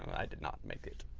i did not make it.